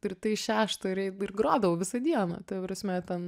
rytais šeštą ir ir grodavau visą dieną ta prasme ten